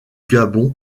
gabon